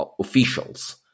officials